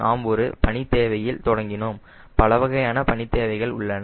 நாம் ஒரு பணி தேவையில் தொடங்கினோம் பலவகையான பணி தேவைகள் உள்ளன